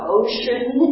ocean